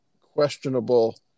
questionable